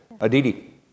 Aditi